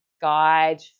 guide